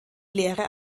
lehre